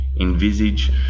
envisage